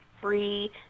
free